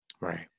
Right